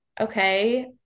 okay